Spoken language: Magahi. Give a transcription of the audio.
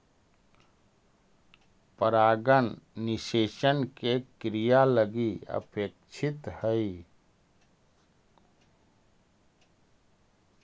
परागण निषेचन के क्रिया लगी अपेक्षित हइ